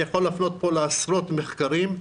אני יכול להפנות פה לעשרות מחקרים,